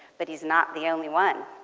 but he's not the only one.